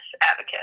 advocate